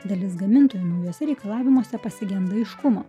dalis gamintojų naujuose reikalavimuose pasigenda aiškumo